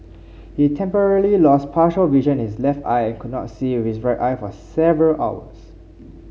he temporarily lost partial vision is left eye and could not see with his right eye for several hours